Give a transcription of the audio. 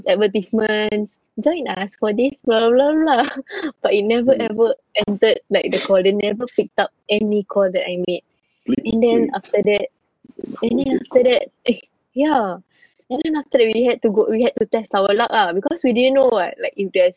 advertisements join us for this blah blah blah but it never ever ended like the call they never picked up any call that I made and then after that and then after that eh yeah and then after that we to go we had to test our luck ah because we didn't know [what] like if there's